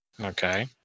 Okay